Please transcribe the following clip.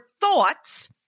thoughts